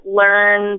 learn